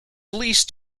leased